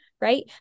right